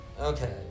Okay